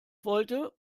wollte